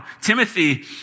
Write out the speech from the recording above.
Timothy